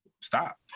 stop